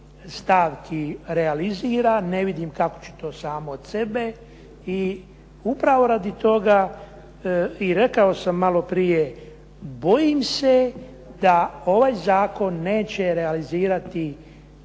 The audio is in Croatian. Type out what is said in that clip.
stavki realizira. Ne vidim kako će to samo od sebe. I upravo radi toga i rekao sam malo prije bojim se da ovaj zakon neće realizirati